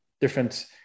different